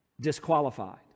disqualified